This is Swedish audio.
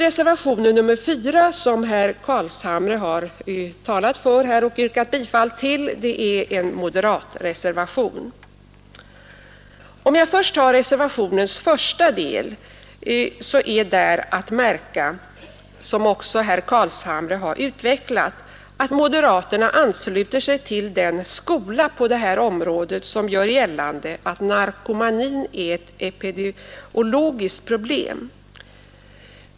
Reservationen 4, som herr Carlshamre har talat för och yrkat bifall till, är en moderat reservation. Beträffande reservationens första del är att märka, som också herr Carlshamre har utvecklat, att moderaterna ansluter sig till den skola på detta område som gör gällande att narkomanin är ett epidemiologiskt problem.